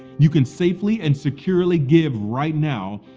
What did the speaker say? you can safely and securely give right now,